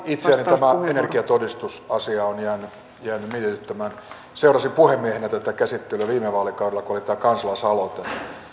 itseäni tämä energiatodistusasia on jäänyt mietityttämään seurasin puhemiehenä tätä käsittelyä viime vaalikaudella kun oli tämä kansalaisaloite